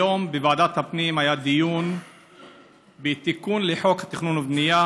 היום בוועדת הפנים היה דיון בתיקון לחוק התכנון ובנייה